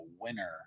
winner